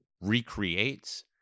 recreates